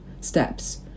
steps